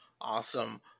Awesome